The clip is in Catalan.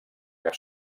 que